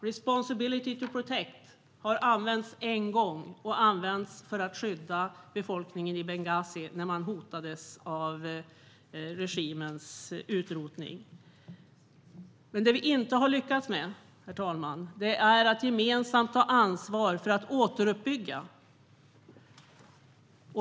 Responsibility to protect har använts en gång för att skydda befolkningen i Benghazi när den hotades av utrotning av regimen. Det vi inte har lyckats med, herr talman, är att gemensamt ta ansvar för att återuppbygga.